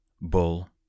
Bull